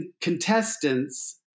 contestants